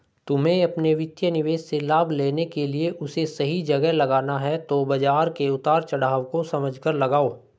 तुम्हे अपने वित्तीय निवेश से लाभ लेने के लिए उसे सही जगह लगाना है तो बाज़ार के उतार चड़ाव को समझकर लगाओ